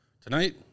Tonight